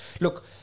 Look